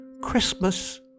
Christmas